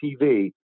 TV